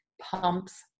pumps